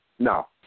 No